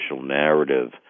narrative